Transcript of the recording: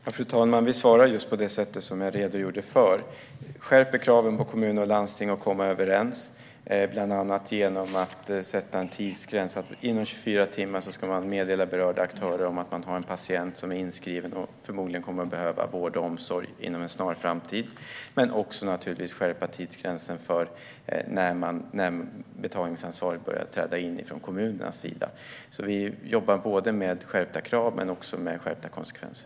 Fru talman! Vi svarar på det sätt som jag precis redogjorde för. Vi skärper kraven på kommuner och landsting att komma överens. Det gör vi bland annat genom att sätta en tidsgräns som innebär att man inom 24 timmar ska meddela berörda aktörer att man har en patient som är inskriven och som förmodligen kommer att behöva vård och omsorg inom en snar framtid. Vi skärper även tidsgränsen för när betalningsansvaret för kommunen börjar träda in. Vi jobbar alltså både med skärpta krav och med skärpta konsekvenser.